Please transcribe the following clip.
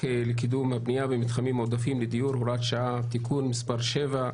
לקידום הבנייה במתחמים מועדפים לדיור (הוראת שעה) (תיקון מס' 7),